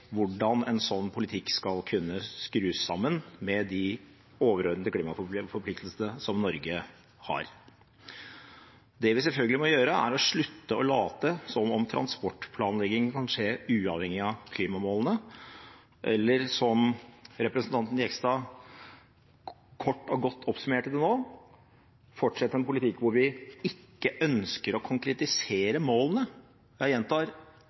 hvordan en sånn politikk skal kunne skrus sammen med de overordnede klimaforpliktelsene som Norge har. Det vi selvfølgelig må gjøre, er å slutte å late som om transportplanlegging kan skje uavhengig av klimamålene, eller som representanten Jegstad kort og godt oppsummerte det nå, fortsette en politikk hvor vi ikke ønsker å konkretisere målene – jeg gjentar: